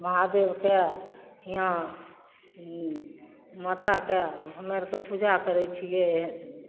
महादेवके हिआँ माताके हमे आओरके पूजा करै छिए